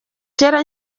kera